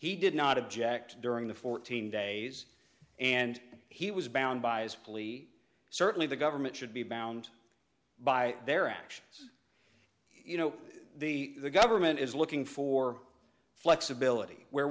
he did not object during the fourteen days and he was bound by his plea certainly the government should be bound by their actions you know the government is looking for flexibility where